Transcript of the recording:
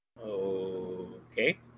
Okay